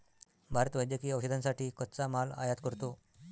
भारत वैद्यकीय औषधांसाठी कच्चा माल आयात करतो